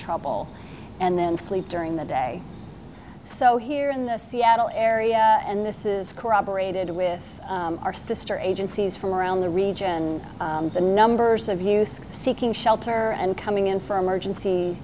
trouble and then sleep during the day so here in the seattle area and this is corroborated with our sister agencies from around the region the numbers of youth seeking shelter and coming in for emergency